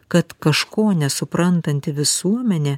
kad kažko nesuprantanti visuomenė